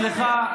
סליחה,